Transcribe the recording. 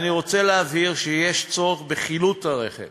ואני רוצה להבהיר שיש צורך בחילוט הרכב